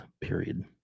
period